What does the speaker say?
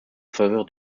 faveur